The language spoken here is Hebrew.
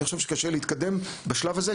אני חושב שקשה להתקדם בשלב הזה,